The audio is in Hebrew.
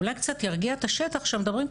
אולי קצת ירגיע את השטח שמדברים,